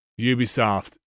Ubisoft